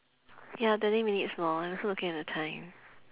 ya twenty minutes more I also looking at the time